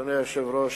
אדוני היושב-ראש,